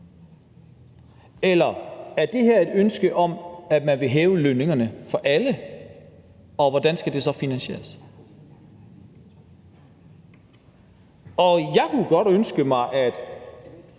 eller om det her er et ønske om at hæve lønningerne for alle, og hvordan det så skal finansieres. Jeg kunne godt ønske mig, at